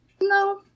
no